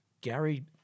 gary